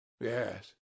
Yes